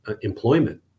employment